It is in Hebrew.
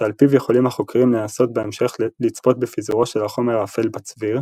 שעל פיו יכולים החוקרים לנסות בהמשך לצפות בפיזורו של החומר האפל בצביר,